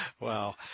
Wow